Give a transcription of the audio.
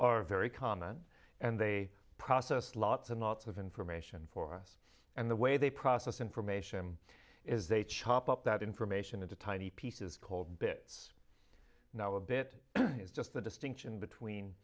are very common and they process lots and lots of information for us and the way they process information is they chop up that information into tiny pieces called bits now a bit is just the distinction between